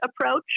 approach